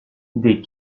des